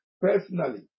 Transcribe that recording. personally